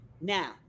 Now